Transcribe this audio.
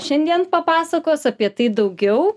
šiandien papasakos apie tai daugiau